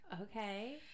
okay